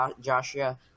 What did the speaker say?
Joshua